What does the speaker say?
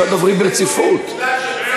אני קורא אותך לסדר פעם שנייה.